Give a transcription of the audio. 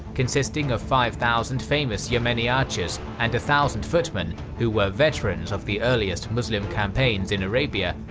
consisting of five thousand famous yemeni archers and a thousand footmen, who were veterans of the earliest muslim campaigns in arabia,